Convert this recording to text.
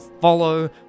follow